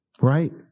Right